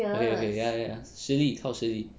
okay okay ya ya 实力靠实力